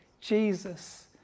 jesus